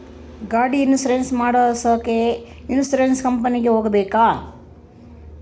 ಗಾಡಿ ಇನ್ಸುರೆನ್ಸ್ ಮಾಡಸಾಕ ಇನ್ಸುರೆನ್ಸ್ ಕಂಪನಿಗೆ ಹೋಗಬೇಕಾ?